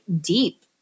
deep